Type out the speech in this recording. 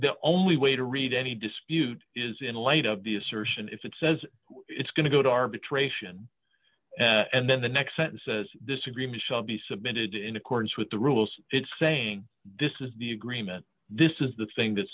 the only way to read any dispute is in light of the assertion it says it's going to go to arbitration and then the next sentence says this agreement shall be submitted in accordance with the rules it's saying this is the agreement this is the thing that